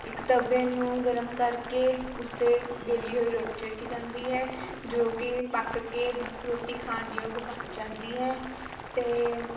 ਇੱਕ ਤਵੇ ਨੂੰ ਗਰਮ ਕਰਕੇ ਉਸ 'ਤੇ ਵੇਲੀ ਹੋਈ ਰੋਟੀ ਰੱਖੀ ਜਾਂਦੀ ਹੈ ਜੋ ਕਿ ਪੱਕ ਕੇ ਰੋਟੀ ਖਾਣ ਯੋਗ ਬਣ ਜਾਂਦੀ ਹੈ ਅਤੇ